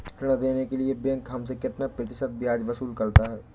ऋण देने के लिए बैंक हमसे कितना प्रतिशत ब्याज वसूल करता है?